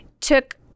took